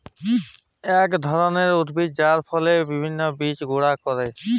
ইক ধরলের উদ্ভিদ যার ফলের ভিত্রের বীজকে গুঁড়া ক্যরে